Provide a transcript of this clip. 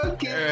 Okay